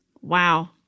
Wow